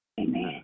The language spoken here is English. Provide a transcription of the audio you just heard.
Amen